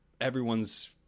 everyone's